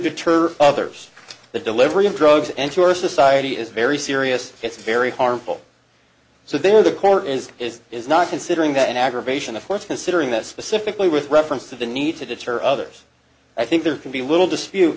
deter others the delivery of drugs and to our society is very serious it's very harmful so they're the court as is is not considering that an aggravation of what's considering that specifically with reference to the need to deter others i think there can be little dispute